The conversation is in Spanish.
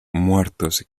muertos